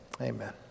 Amen